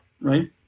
right